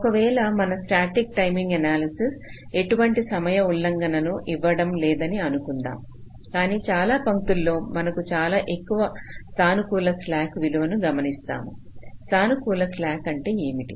ఒకవేళ మన static timing analysis ఎటువంటి సమయ ఉల్లంఘనల ను ఇవ్వడం లేదని అనుకుందాం కానీ చాలా పంక్తులలో మనకు చాలా ఎక్కువ సానుకూల స్లాక్ విలువను గమనిస్తాము సానుకూల స్లాక్ అంటే ఏమిటి